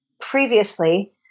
previously